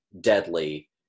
deadly